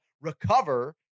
recover